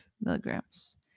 milligrams